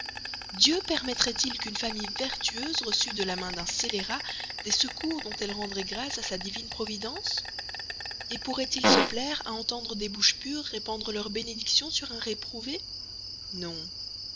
dieu permettrait il qu'une famille vertueuse reçut de la main d'un scélérat des secours dont elle rendrait grâce à sa divine providence pourrait-il se plaire à entendre des bouches pures répandre leurs bénédictions sur un réprouvé non